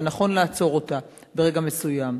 ונכון לעצור אותה ברגע מסוים.